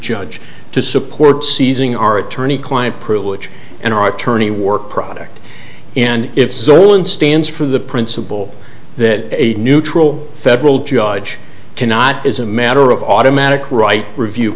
judge to support seizing our attorney client privilege and our attorney work product and if solon stands for the principle that a neutral federal judge cannot as a matter of automatic right review